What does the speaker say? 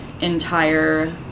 entire